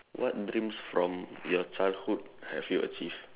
what dreams from your childhood have you achieved